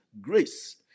grace